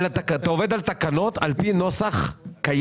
אבל אתה עובד על תקנות על פי נוסח קיים.